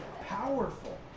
powerful